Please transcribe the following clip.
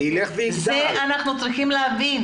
אנחנו צריכים להבין